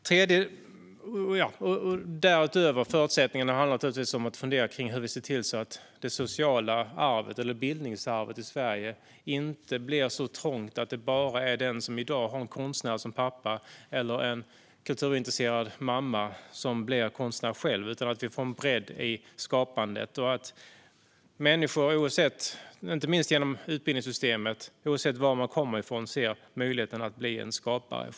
Därutöver handlar förutsättningarna om att fundera kring hur vi ser till att det sociala arvet eller bildningsarvet i Sverige inte blir så trångt att det bara är den som i dag har en konstnär som pappa eller en kulturintresserad mamma som själv blir konstnär, utan att vi får en bredd i skapandet. Det handlar om att människor inte minst genom utbildningssystemet oavsett var de kommer ifrån ser möjligheten att själv bli en skapare.